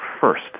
first